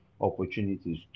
opportunities